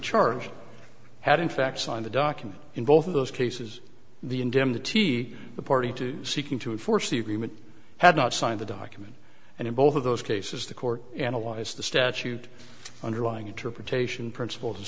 charged had in fact signed a document in both of those cases the indemnity the party to seeking to enforce the agreement had not signed the document and in both of those cases the court analyzed the statute underlying interpretation principles and